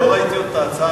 עוד לא ראיתי את ההצעה,